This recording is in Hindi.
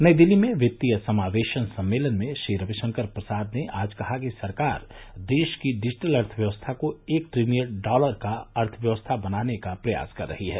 नई दिल्ली में वित्तीय समावेशन सम्मेलन में श्री रविशंकर प्रसाद ने आज कहा कि सरकार देश की डिजिटल अर्थव्यवस्था को एक ट्रिलियन डॉलर की अर्थव्यवस्था बनाने का प्रयास कर रही है